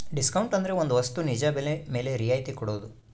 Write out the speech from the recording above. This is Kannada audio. ಡಿಸ್ಕೌಂಟ್ ಅಂದ್ರೆ ಒಂದ್ ವಸ್ತು ನಿಜ ಬೆಲೆ ಮೇಲೆ ರಿಯಾಯತಿ ಕೊಡೋದು